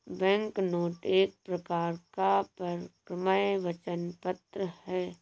banknote एक प्रकार का परक्राम्य वचन पत्र है